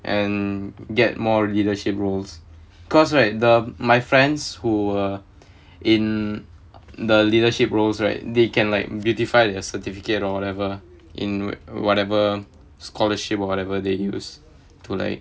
and get more leadership roles because right the my friends who were in the leadership roles right they can like beautify their certificates or whatever in whatever scholarship or whatever they use to like